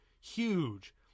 Huge